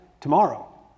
tomorrow